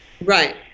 Right